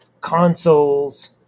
consoles